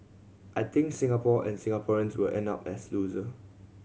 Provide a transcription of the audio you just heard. I think Singapore and Singaporeans will end up as loser